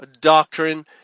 doctrine